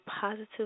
positive